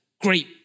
great